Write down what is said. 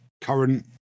current